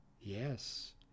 Yes